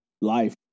Life